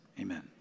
Amen